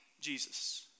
Jesus